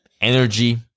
Energy